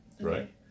Right